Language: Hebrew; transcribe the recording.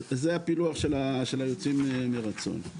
זה הפילוח של היוצאים מרצון.